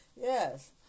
Yes